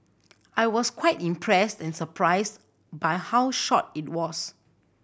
I was quite impressed and surprised by how short it was